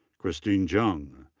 christine jung.